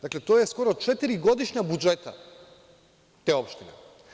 Dakle, to je skoro četiri godišnja budžeta te opštine.